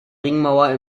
ringmauer